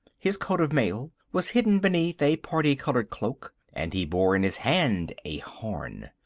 his coat of mail was hidden beneath a parti-coloured cloak and he bore in his hand a horn.